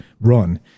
run